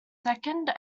second